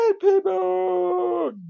people